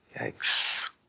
Yikes